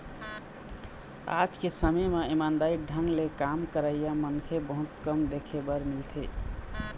आज के समे म ईमानदारी ढंग ले काम करइया मनखे बहुत कम देख बर मिलथें